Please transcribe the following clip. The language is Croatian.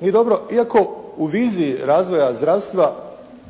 nije dobro. Iako u viziji razvoja zdravstva